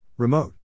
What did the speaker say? Remote